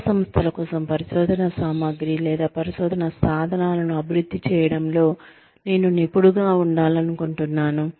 విద్యాసంస్థల కోసం పరిశోధనా సామగ్రి లేదా పరిశోధనా సాధనాలను అభివృద్ధి చేయడంలో నేను నిపుణుడిగా ఉండాలనుకుంటున్నాను